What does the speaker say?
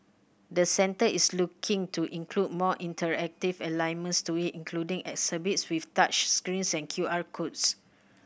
the centre is looking to include more interactive elements to it including exhibits with touch screens and Q R codes